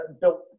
built